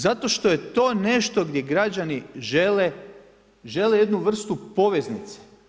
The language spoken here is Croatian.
Zato što je to nešto gdje građani žele jednu vrstu poveznice.